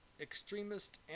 extremist